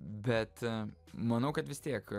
bet manau kad vis tiek